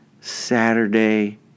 Saturday